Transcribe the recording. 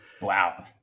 Wow